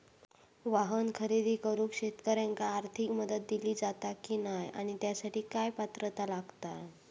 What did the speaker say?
वाहन खरेदी करूक शेतकऱ्यांका आर्थिक मदत दिली जाता की नाय आणि त्यासाठी काय पात्रता लागता?